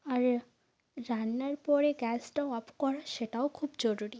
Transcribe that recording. আর রান্নার পরে গ্যাসটা অফ করা সেটাও খুব জরুরি